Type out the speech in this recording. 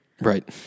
Right